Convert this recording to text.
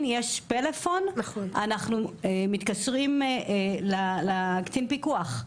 יש מספר טלפון ואנחנו מתקשרים לקצין הפיקוח,